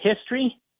history